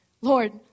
Lord